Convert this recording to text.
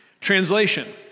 Translation